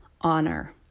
honor